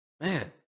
Man